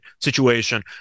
situation